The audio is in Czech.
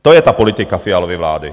To je politika Fialovy vlády.